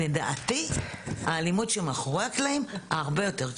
לדעתי האלימות שמאחורי הקלעים הרבה יותר קשה.